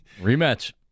Rematch